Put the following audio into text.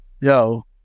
Yo